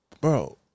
bro